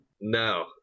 no